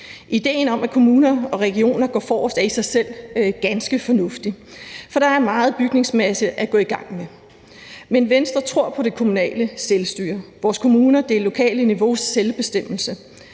Idéen om, at kommuner og regioner går forrest, er i sig selv ganske fornuftig, for der er meget bygningsmasse at gå i gang med. Men Venstre tror på det kommunale selvstyre, vores kommuner, det lokale niveaus selvbestemmelse.